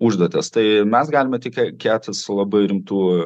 užduotis tai mes galime tik kėtasi labai rimtų